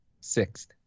Sixth